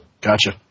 Gotcha